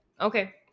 Okay